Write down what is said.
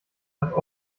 hat